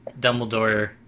Dumbledore